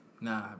Nah